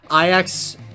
IX